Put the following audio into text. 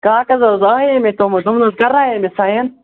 کاغذ حظ بنایے مےٚ تِم تِمن حظ کرنایے مےٚ ساین